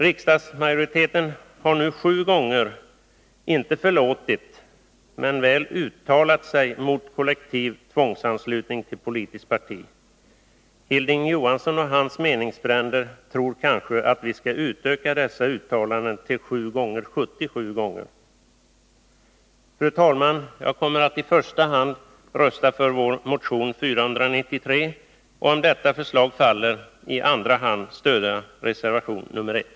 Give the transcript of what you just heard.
Riksdagsmajoriteten har nu sju gånger inte förlåtit men väl uttalat sig mot kollektiv tvångsanslutning till politiskt parti. Hilding Johansson och hans meningsfränder tror kanske att vi skall utöka dessa uttalanden till sju gånger sjuttio gånger. Fru talman! Jag kommer att i första hand rösta på vår motion 493 och, om det förslaget faller, i andra hand stödja reservation nr 1.